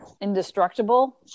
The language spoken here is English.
indestructible